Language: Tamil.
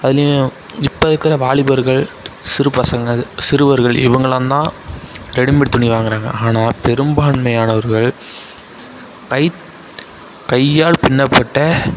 அதுலையும் இப்போ இருக்கிற வாலிபர்கள் சிறு பசங்கள் சிறுவர்கள் இவங்கலாம் தான் ரெடிமேட் துணி வாங்குகிறாங்க ஆனால் பெருபான்மையானவர்கள் கை கையால் பின்னப்பட்ட